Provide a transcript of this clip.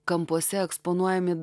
kampuose eksponuojami